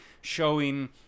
showing